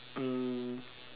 um